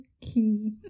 key